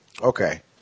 Okay